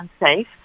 unsafe